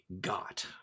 got